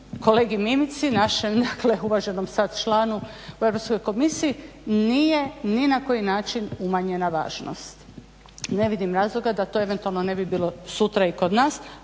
kolegi Mimici, našem dakle uvaženom sad članu u Europskoj komisiji nije ni na koji način umanjena važnost. Ne vidim razloga da to eventualno ne bi bilo sutra i kod nas,